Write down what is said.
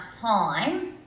time